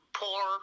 poor